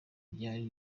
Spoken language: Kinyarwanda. ryari